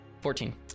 Fourteen